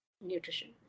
nutrition